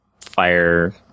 fire